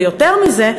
ויותר מזה,